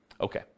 Okay